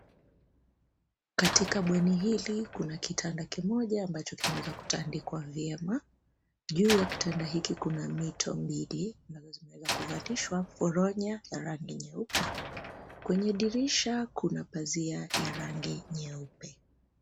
Katika bweni hili kuna kitanda kimoja ambacho kimeweza kutandikwa vyema. Juu ya kitanda hiki kuna mito mbili ambazo zimeweza kuvalishwa foronya ya rangi nyeupe. Kwenye dirisha kuna pazia ya rangi nyeupe.